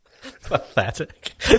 Pathetic